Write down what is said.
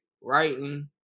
writing